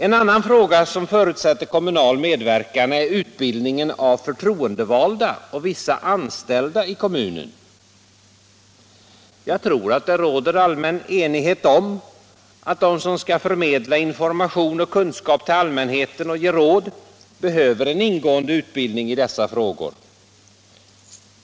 En annan fråga som förutsätter kommunal medverkan är utbildningen av kommunala förtroendevalda och vissa anställda i kommunen. Jag tror att det råder allmän enighet om att de som skall förmedla information och kunskap till allmänheten och ge råd till denna behöver en ingående utbildning i dessa frågor.